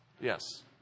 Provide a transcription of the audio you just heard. Yes